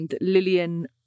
Lillian